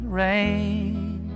rain